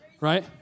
right